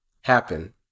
happen